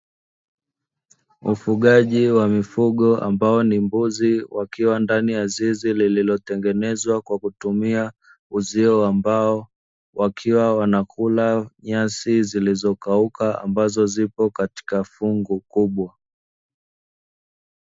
Ufugaji wa mifugo ambao ni mbuzi wakiwa ndani ya zizi lililotengenezwa kwa kutumia uzio wa mbao wakiwa wanakula nyasi zilizokauka ambazo zipo katika fungu kubwa.